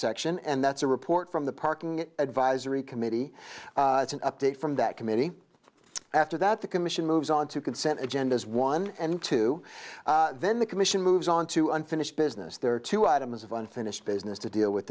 section and that's a report from the parking advisory committee it's an update from that committee after that the commission moves on to consent agendas one and two then the commission moves on to unfinished business there are two items of unfinished business to deal with